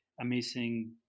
amazing